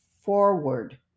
forward